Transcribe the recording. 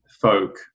folk